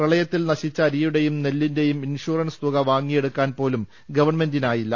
പ്രളയത്തിൽ നശിച്ച അരിയുടെയും നെല്ലിന്റെയും ഇൻഷുറൻസ് തുക വാങ്ങിയെടുക്കാൻ പോലും ഗവൺമെന്റിനായില്ല